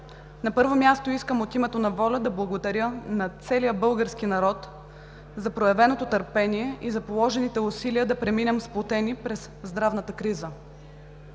на първо място, искам от името на ВОЛЯ да благодаря на целия български народ за проявеното търпение и за положените усилия да преминем сплотени през здравната криза.